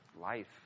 life